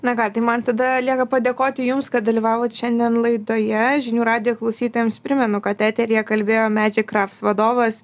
na ką tai man tada lieka padėkoti jums kad dalyvavot šiandien laidoje žinių radijo klausytojams primenu kad eteryje kalbėjo magic crafts vadovas